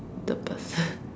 the person